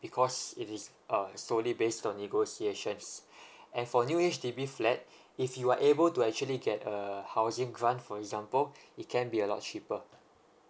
because it is uh solely based on negotiations and for new H_D_B flat if you are able to actually get a housing grant for example it can be a lot cheaper